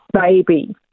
baby